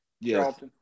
Yes